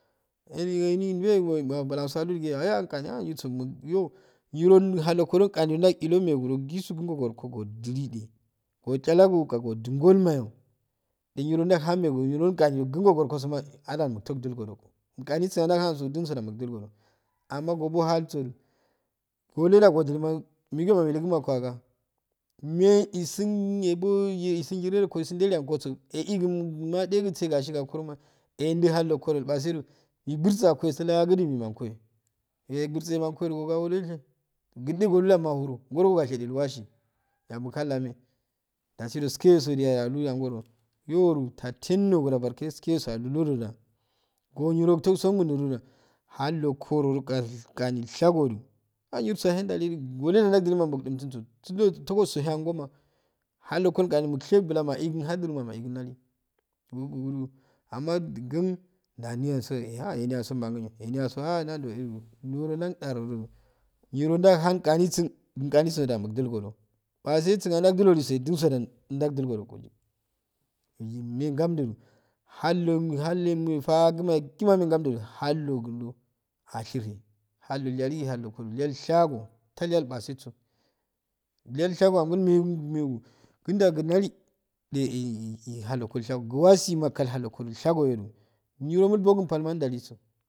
Ehni juwe go buku ango alu jige ayagin kaniya nirsomo yo niro alongoro gani jalchelo meguju gisu go gornngo ajiliji go chalogo ka goji gol mayo jiniro joham megu niro gani gungo goro kasoma ajamutu jun godo go ganiksodama junso moto sul gojo amma abo halsoju walle ja ajulima magiyo melugo aga agag me isin ne bo isun yive ronko isun jaliago su eh igummeajegise gashigo kur oma inji hallongoju base ju mibir su angobillagoro miman koyo yo lbirse lh mankoyoju akogu wale she ginda alloru mahuru goro ogashe illiwashi yamohan lame jasi sikeyoso jiyalla angoro yo uru tatain nogo ja barkeskesou allu jonja go niro josungon jata halung oro gani gani shago ju a nirsoyaye jaliji yaleda jau jilima bubu n sun fun sunjo go osu he anoma hanllonko kul ma musuegi buran maiginha jur ma igin mali guguru amma gingn janiyanso ehnise manginyo chni anso nanjo ju niro janjanoroju niro junhan ganisun ganisin da modilgo jo base sunja jandi ligoso jin so ja doldilgo jogo jik yin me gamjuju hallomyo hall my fagma yakkima imme gamju hallo gunju ashere halloyaliholo shago tal yai baseso imal shoigo agul megu megu gnja gnnali je hallongoshago gwasima kal hallongoshago gwasima kal hallongo shagoyo ju niro mu bogu balma dowaliso.